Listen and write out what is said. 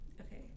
Okay